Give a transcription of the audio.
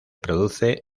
produce